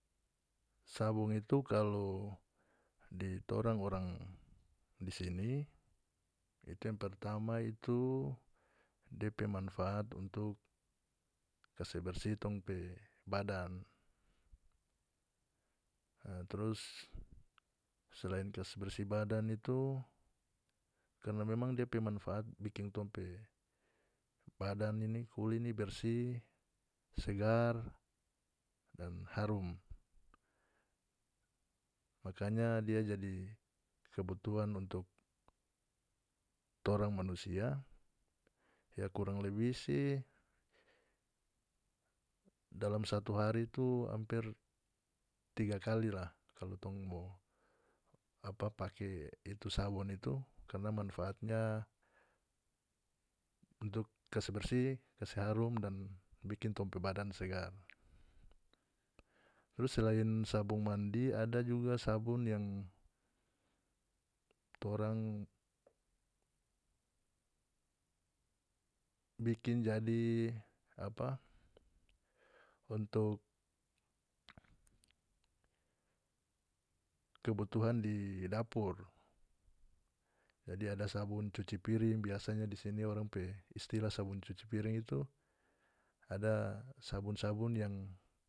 Sabun itu kalu di torang di sini itu yang pertama itu depe manfaat untuk kase bersih tong pe badan e trus selain kas bersih badan itu karna memang depe manfaat bikin tong pe badan ini kuli ini bersih segar dan harum makanya dia jadi kebutuhan untuk torang manusia ya kurang lebih si dalam satu hari itu amper tiga kali ya kalu tong mo apa pake itu sabon itu karna manfaatnya untuk kas bersih kase harum dan bikin tong pe badan segar trus selain sabun mandi ada juga sabun yang torang bikin jadi apa untuk kebutuhan di dapur jadi ada sabun cuci piring biasanya di sini orang pe istilah sabun cuci piring itu ada sabun-sabun yang